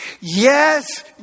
Yes